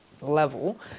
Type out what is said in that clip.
level